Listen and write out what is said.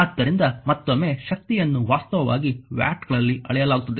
ಆದ್ದರಿಂದ ಮತ್ತೊಮ್ಮೆ ಶಕ್ತಿಯನ್ನು ವಾಸ್ತವವಾಗಿ ವ್ಯಾಟ್ಗಳಲ್ಲಿ ಅಳೆಯಲಾಗುತ್ತದೆ